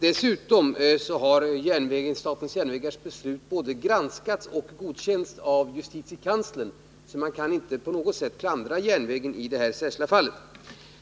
Nr 143 Dessutom har statens järnvägars beslut både granskats och godkänts av justitiekanslern. Man kan därför inte på något sätt klandra järnvägen i det 13 maj 1980 här särskilda fallet.